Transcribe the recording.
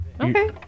okay